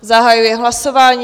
Zahajuji hlasování.